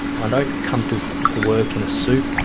i don't come to so to work in a suit,